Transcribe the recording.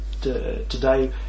today